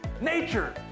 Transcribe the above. nature